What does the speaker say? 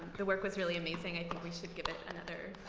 the work was really amazing. i think we should give it another